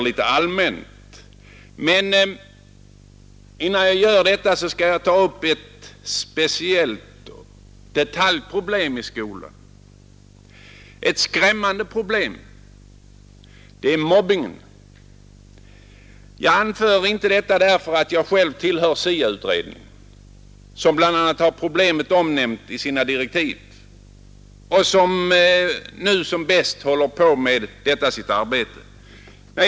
Innan jag gör detta skall jag dock ta upp ett speciellt detaljproblem i skolan, ett skrämmande problem. Det är mobbingen. Jag anför inte detta därför att jag själv tillhör SIA-utredningen, som bl.a. har problemet omnämnt i sina direktiv och som bäst håller på med sitt arbete.